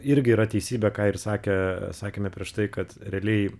irgi yra teisybė ką ir sakė sakėme prieš tai kad realiai